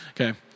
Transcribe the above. Okay